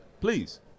please